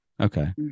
Okay